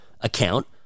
account